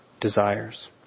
desires